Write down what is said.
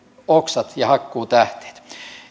oksat ja hakkuutähteet